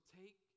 take